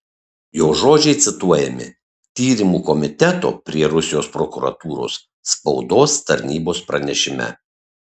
jo žodžiai cituojami tyrimų komiteto prie rusijos prokuratūros spaudos tarnybos pranešime